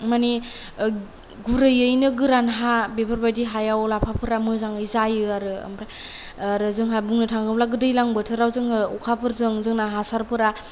मानि गुरैयैनो गोरान हा बेफोरबादि हायाव लाफाफोरा मोजाङै जायो आरो जोंहा बुंनो थाङोब्ला दैलां बोथोराव जोङो अखाफोरजों जोंना हासारफोरा